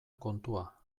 kontua